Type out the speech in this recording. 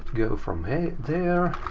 go from there.